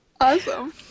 Awesome